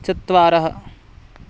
चत्वारः